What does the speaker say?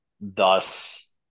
thus